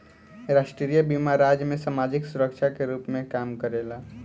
राष्ट्रीय बीमा राज्य में सामाजिक सुरक्षा के रूप में काम करेला